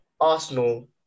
Arsenal